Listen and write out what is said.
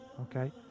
okay